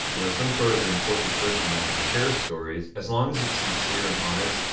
you know some sort of an important person that can share stories. as long as it's sincere and honest,